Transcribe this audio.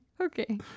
Okay